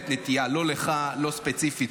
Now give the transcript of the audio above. --- הערת את זה כבר בשבוע שעבר.